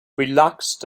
relaxed